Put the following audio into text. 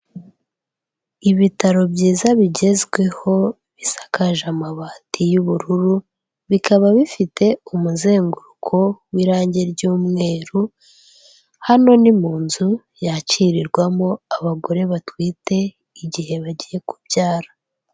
Ibitaro byiza bigezweho, bisakaje amabati y'ubururu, bikaba bifite umuzenguruko w'irangi ry'umweru, hano ni mu nzu yakirirwamo abagore batwite, igihe bagiye kubyara.